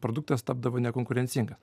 produktas tapdavo nekonkurencingas